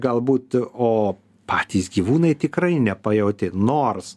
galbūt o patys gyvūnai tikrai nepajautė nors